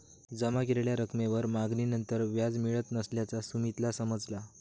जमा केलेल्या रकमेवर मागणीनंतर व्याज मिळत नसल्याचा सुमीतला समजला